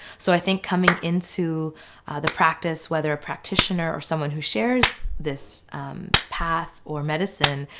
so i think coming into the practice whether a practitioner or someone who shares this path or medicine,